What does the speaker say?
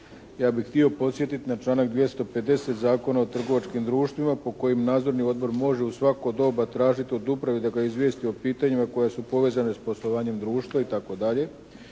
Ja bih htio podsjetiti na članak 250. Zakona o trgovačkim društvima po kojem Nadzorni odbor može u svako doba tražiti od uprave da ga izvijesti o pitanjima koja su povezana s poslovanjem društva i